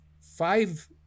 five